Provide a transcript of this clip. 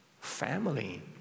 family